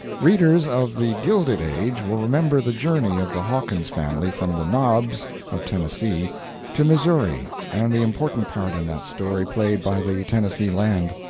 readers of the gilded age will remember the journey of the hawkins family from the knobs of tennessee to missouri and the important part in that story played by the tennessee land.